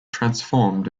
transformed